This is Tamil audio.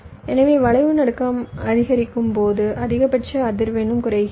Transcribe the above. எனவே வளைவு நடுக்கம் அதிகரிக்கும்போது அதிகபட்ச அதிர்வெண்ணும் குறைகிறது